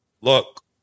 look